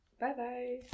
Bye-bye